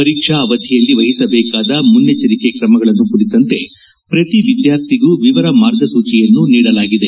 ಪರೀಕ್ಷಾ ಅವಧಿಯಲ್ಲಿ ವಹಿಸಬೇಕಾದ ಮುನ್ನೆಚ್ಚರಿಕೆ ್ರಮಗಳನ್ನು ಕುರಿತಂತೆ ಪ್ರತಿ ವಿದ್ಯಾರ್ಥಿಗೂ ವಿವರ ಮಾರ್ಗಸೂಚಿಯನ್ನು ನೀಡಲಾಗಿದೆ